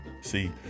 see